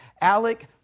Alec